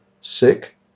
sick